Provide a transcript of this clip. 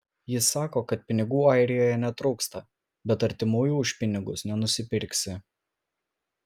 ji sako kad pinigų airijoje netrūksta bet artimųjų už pinigus nenusipirksi